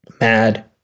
mad